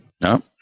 No